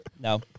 No